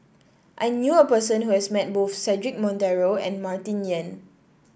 I knew a person who has met both Cedric Monteiro and Martin Yan